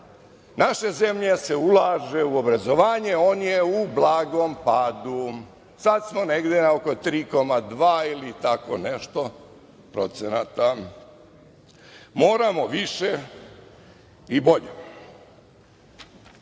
naše zemlje se ulaže u obrazovanje, on je u blagom padu. Sad smo negde na 3,2 % ili tako nešto. Moramo više i